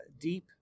deep